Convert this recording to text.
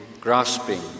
grasping